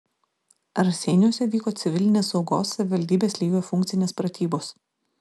raseiniuose vyko civilinės saugos savivaldybės lygio funkcinės pratybos